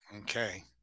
Okay